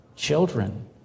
Children